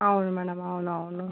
అవును మ్యాడమ్ అవునవును